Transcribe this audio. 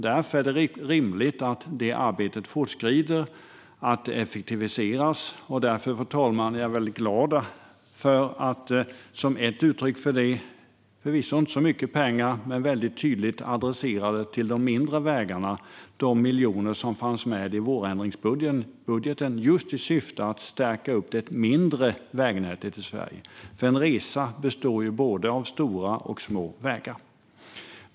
Därför är det rimligt att arbetet med effektivisering fortskrider, och jag är glad för att ett uttryck för detta är de förvisso inte så stora pengarna men de tydligt adresserade miljonerna till mindre vägar som fanns med i vårändringsbudgeten, just i syfte att stärka det mindre vägnätet i Sverige. En resa består ju av både stora och små vägar.